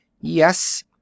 Yes